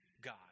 God